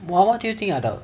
what what do you think are the